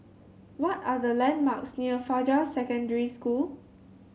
what are the landmarks near Fajar Secondary School